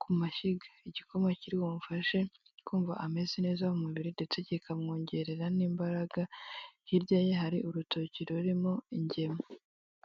ku mashyiga, igikoma kiri bumufashe kumva ameze neza mu umubiri ndetse kikamwongerera n'imbaraga, hirya ye hari urutoki rurimo ingemwe.